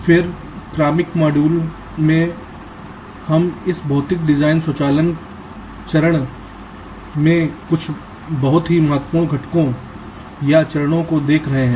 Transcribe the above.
फिर क्रमिक मॉड्यूल में हम इस भौतिक डिजाइन स्वचालन चरण में कुछ बहुत ही महत्वपूर्ण घटकों या चरणों को देख रहे हैं